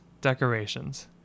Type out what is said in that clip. decorations